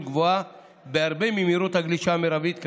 גבוהה בהרבה ממהירות הגלישה המרבית כיום,